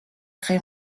créé